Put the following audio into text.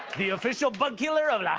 the official bug killer of like